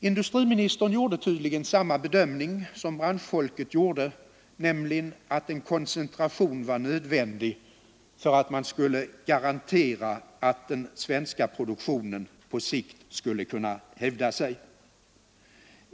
Industriministern gjorde tydligen samma bedömning som branschfolket, nämligen att en koncentration var nödvändig för att man skulle kunna garantera att den svenska produktionen på sikt skulle hävda sig.